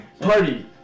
party